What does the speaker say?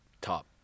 top